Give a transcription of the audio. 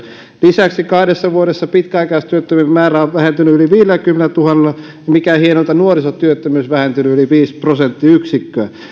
lisäksi kahdessa vuodessa pitkäaikaistyöttömien määrä on vähentynyt yli viidelläkymmenellätuhannella ja mikä hienointa nuorisotyöttömyys on vähentynyt yli viisi prosenttiyksikköä